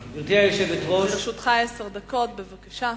1466. לרשותך עשר דקות, בבקשה.